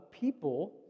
people